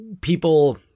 people